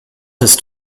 ist